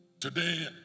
Today